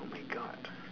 oh my god